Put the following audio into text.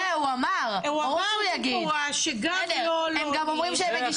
הוא אמר במפורש שגם לו לא עונים.